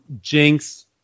Jinx